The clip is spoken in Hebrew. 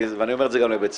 ואני אומר את זה גם לבצלאל,